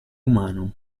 umano